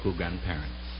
grandparents